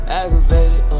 aggravated